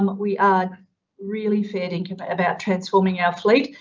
um we are really fair dinkum about transforming our fleet,